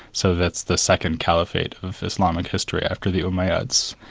so that's the second caliphate of islamic history after the umayyads.